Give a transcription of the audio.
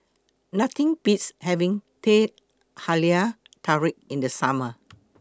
Nothing Beats having Teh Halia Tarik in The Summer